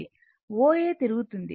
O A తిరుగుతోంది